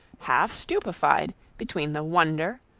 half stupified between the wonder,